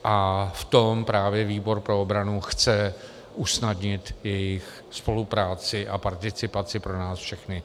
A v tom právě výbor pro obranu chce usnadnit jejich spolupráci a participaci pro nás všechny.